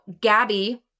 Gabby